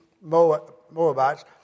Moabites